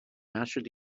mastered